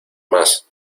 más